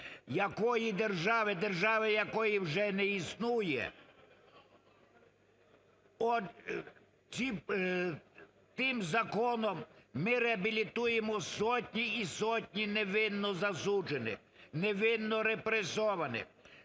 Якої держави? Держави, якої вже не існує. Тим законом ми реабілітуємо сотні і сотні невинно засуджених, невинно репресованих